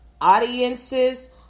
audiences